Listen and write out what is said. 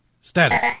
status